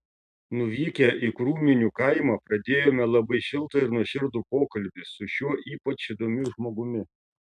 nuvykę į krūminių kaimą pradėjome labai šiltą ir nuoširdų pokalbį su šiuo ypač įdomiu žmogumi